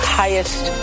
highest